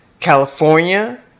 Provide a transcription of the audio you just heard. California